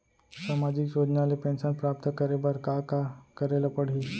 सामाजिक योजना ले पेंशन प्राप्त करे बर का का करे ल पड़ही?